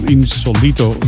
Insolito